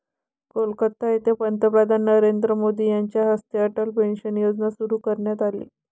कोलकाता येथे पंतप्रधान नरेंद्र मोदी यांच्या हस्ते अटल पेन्शन योजना सुरू करण्यात आली